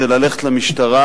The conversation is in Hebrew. זה ללכת למשטרה,